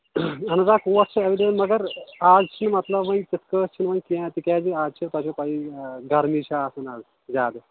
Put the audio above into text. اَہَن حظ آ کوٹ چھِ اویلیبٕل مَگر اَز چھِ مطلَبٕے یِم تِتھٕ پٲٹھۍ چھِنہٕ وۅنۍ کیٚنٛہہ تِکیٛازِ اَز چھِ تۄہہِ چھَو پیی گرمی چھَ آسان اَز زیادٕ